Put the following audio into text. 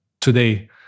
today